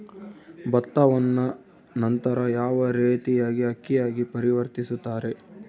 ಭತ್ತವನ್ನ ನಂತರ ಯಾವ ರೇತಿಯಾಗಿ ಅಕ್ಕಿಯಾಗಿ ಪರಿವರ್ತಿಸುತ್ತಾರೆ?